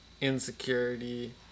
insecurity